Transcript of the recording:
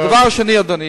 הדבר השני, אדוני,